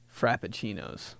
frappuccinos